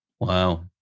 Wow